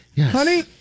Honey